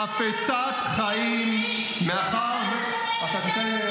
מאחר שמדינת ישראל חפצת חיים --- חשבתי שאתה